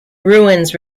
ruins